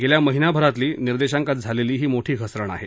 गेल्या महिन्याभरातली निर्देशांकात झालेली ही मोठी घसरण आहे